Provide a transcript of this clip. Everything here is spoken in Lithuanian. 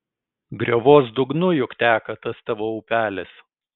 griovos dugnu juk teka tas tavo upelis